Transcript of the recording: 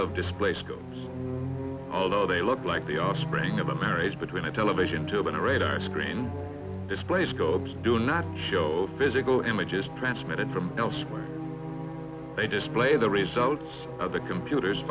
of display scope although they look like the offspring of a marriage between a television tube and radar screen display scopes do not show physical images transmitted from elsewhere they display the results of the computer